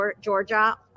Georgia